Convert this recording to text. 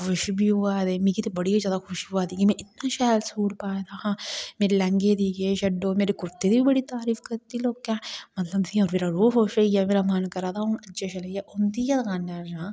खुश बी होआ दे मिगी ते बड़ी ज्यादा खुशी होआ दी के में इन्ना शैल सूट पाए दा हा मेरे लैंह्गे दी केह् छड्डो मेरे कुर्ते दी बी बड़ी तारीफ कीती लोकें मतलब मेरा रुह खुश होई गेआ मेरा मन करा दा हून उंदी गै दकाने उप्पर जाने दी